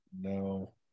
no